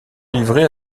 livrer